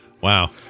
wow